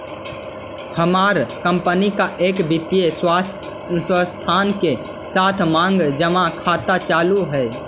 हमार कंपनी का एक वित्तीय संस्थान के साथ मांग जमा खाता चालू हई